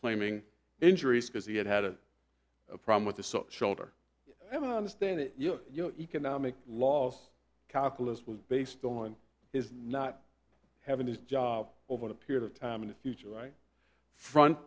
claiming injuries because he had had a problem with the so shoulder and i understand that you know you know economic loss calculus was based on is not having his job over a period of time in the future right front